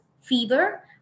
fever